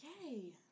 Yay